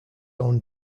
own